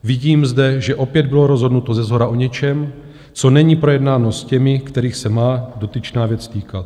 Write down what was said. Vidím zde, že opět bylo rozhodnuto ze shora o něčem, co není projednáno s těmi, kterých se má dotyčná věc týkat.